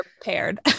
prepared